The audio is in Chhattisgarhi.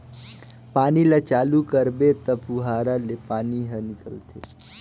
पानी ल चालू करबे त फुहारा ले पानी हर निकलथे